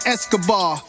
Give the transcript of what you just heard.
Escobar